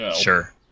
Sure